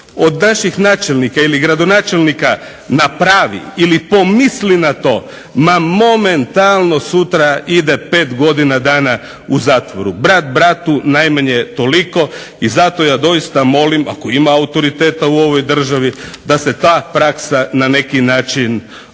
od naših načelnika ili gradonačelnika napravi ili pomisli na to, ma momentalno sutra ide 5 godina dana u zatvoru, brat bratu najmanje toliko i zato ja zaista molim ako ima autoriteta u ovoj državi da se ta praksa na neki način zaustavi.